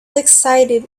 excited